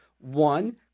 one